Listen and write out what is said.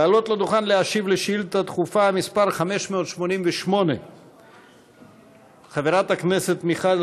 לעלות לדוכן להשיב על שאילתה דחופה מס' 588. חברת הכנסת מיכל